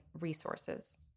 resources